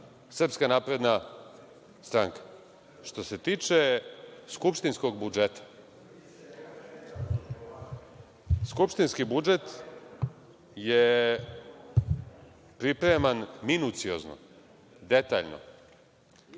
parlamentarna stranka SNS.Što se tiče skupštinskog budžeta, skupštinski budžet je pripreman minuciozno, detaljno